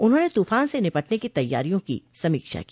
उन्होंने तूफान से निपटने की तैयारियों की समीक्षा की